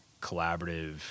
collaborative